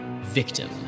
Victim